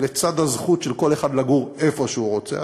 לצד הזכות של כל אחד לגור איפה שהוא רוצה,